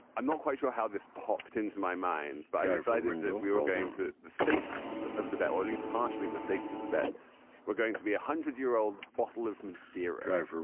i'm not quite sure how this popped into my mind, but i decided that we were going to the stakes of the bet, at least partially the stakes of the bet were going to be a hundred year old bottle of madeira.